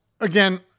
again